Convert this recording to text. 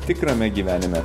tikrame gyvenime